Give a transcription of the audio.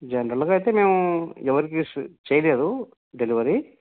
జనరల్గా అయితే మేము ఎవరికి చేయలేదు డెలివరీ